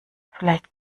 vielleicht